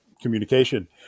communication